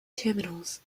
terminals